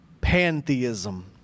pantheism